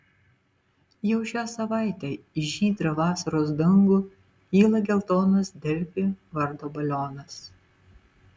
jau šią savaitę į žydrą vasaros dangų kyla geltonas delfi vardo balionas